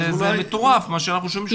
זה מטורף מה שאנחנו שומעים שמונה חודשים.